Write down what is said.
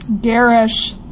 garish